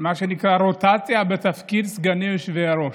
מה שנקרא רוטציה בתפקיד סגני היושב-ראש.